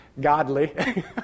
godly